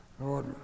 Lord